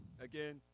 Again